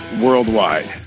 worldwide